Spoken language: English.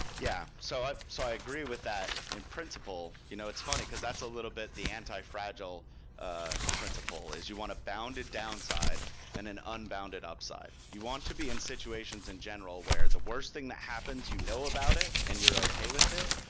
yeah. so so i agree with that. in principle, you know it's funny, because that's a little bit the anti fragile ah principle, is you want to bound it downside and then unbound it upside. you want to be in situations in general where the worst thing that happens, you know about it, and you're okay with it.